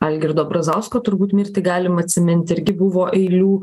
algirdo brazausko turbūt mirtį galim atsimint irgi buvo eilių